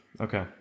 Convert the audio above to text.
Okay